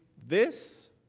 this